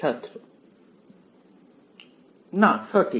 ছাত্র না না সঠিক